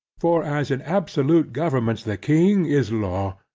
for as in absolute governments the king is law,